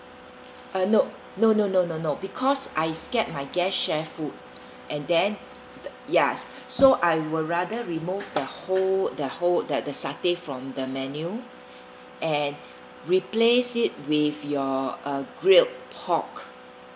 uh no no no no no no because I scared my guests share food and then ya so I would rather remove the whole the whole that the satay from the menu and replace it with your uh grilled pork